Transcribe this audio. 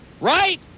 Right